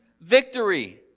victory